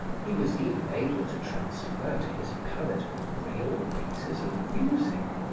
he was even able to transfer to his palate real pieces of music,